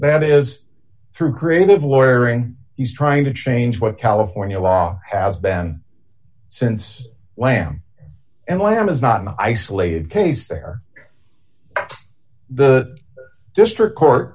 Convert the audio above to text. that is through creative loring he's trying to change what california law has been since lam and lam is not an isolated case there the district court